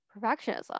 perfectionism